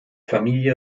familie